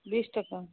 बीस टका